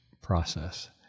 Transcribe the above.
process